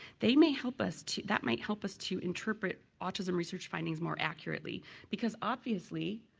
they may help us to that might help us to interpret autism research findings more accurately because obviously,